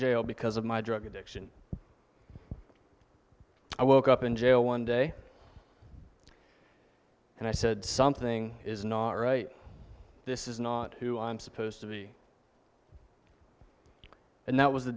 jail because of my drug addiction i woke up in jail one day and i said something is not right this is not who i'm supposed to be and that was the